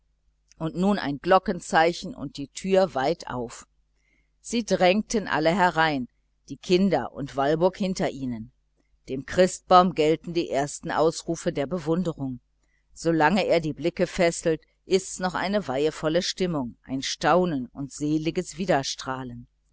und nun ein glockenzeichen und die türe weit auf sie drängen alle herein die kinder und walburg hinter ihnen dem christbaum gelten die ersten ausrufe der bewunderung solange er die blicke fesselt ist's noch eine weihevolle stimmung ein staunen und seliges